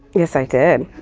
yes i did.